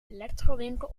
electrowinkel